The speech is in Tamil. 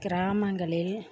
கிராமங்களில்